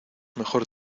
mejor